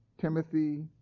Timothy